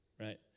right